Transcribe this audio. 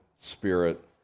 spirit